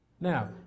Now